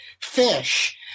fish